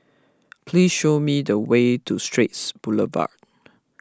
please show me the way to Straits Boulevard